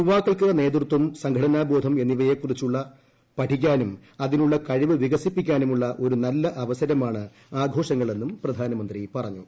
യുവാക്കൾക്ക് ്നേതൃത്വം സംഘടനാബോധം എന്നിവയെക്കുറിച്ചു പ്പിക്കാനും അതിനുള്ള കഴിവ് വികസിപ്പിക്കാനുമുള്ള ഒരും നല്ല അവസരമാണ് ആഘോഷങ്ങളെന്നും പ്രധാനമന്ത്രി പറഞ്ഞു